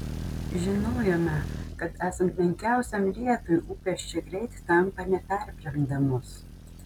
žinojome kad esant menkiausiam lietui upės čia greit tampa neperbrendamos